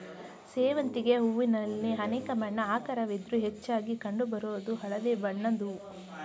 ಸೇವಂತಿಗೆ ಹೂವಿನಲ್ಲಿ ಅನೇಕ ಬಣ್ಣ ಆಕಾರವಿದ್ರೂ ಹೆಚ್ಚಾಗಿ ಕಂಡು ಬರೋದು ಹಳದಿ ಬಣ್ಣದ್ ಹೂವು